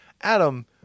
Adam